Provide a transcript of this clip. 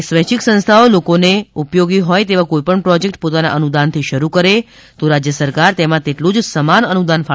સ્વૈચ્છિક સંસ્થાઓ લોકોને ઉપયોગી હોય તેવા કોઈપણ પ્રોજેક્ટ પોતાના અનુદાનથી શરૂ કરે તો રાજ્ય સરકાર તેમાં તેટલું જ સમાન અનુદાન ફાળવશે